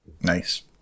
Nice